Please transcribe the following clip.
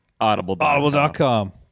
Audible.com